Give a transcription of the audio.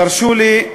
תרשו לי,